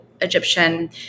Egyptian